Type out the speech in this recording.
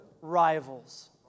rivals